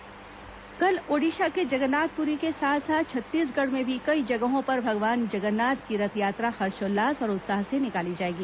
रथयात्रा कल ओडिशा के जगन्नाथपुरी के साथ साथ छत्तीसगढ़ में भी कई जगहों पर भगवान जगन्नाथ की रथयात्रा हर्षोल्लास और उत्साह से निकाली जाएगी